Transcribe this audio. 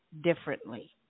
differently